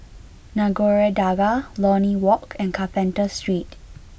Nagore Dargah Lornie Walk and Carpenter Street